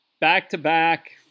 back-to-back